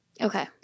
Okay